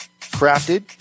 Crafted